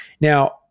Now